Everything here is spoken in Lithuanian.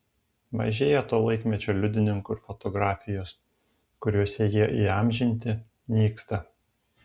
mažėja to laikmečio liudininkų ir fotografijos kuriuose jie įamžinti nyksta